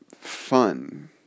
fun